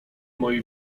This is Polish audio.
moi